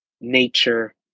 nature